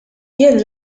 jien